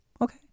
okay